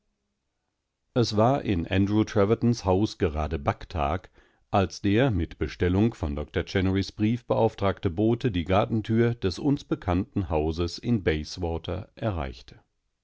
es war in andrew trevertons haus gerade backtag als der mit bestellung von doktor chennerys briefe beauftragte bote die gartentür des uns bekannten hauses in bayswatererreichte